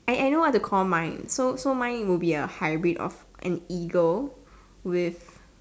I I know what to call mine so so mine would be a hybrid of an eagle with